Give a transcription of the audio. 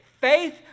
Faith